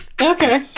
okay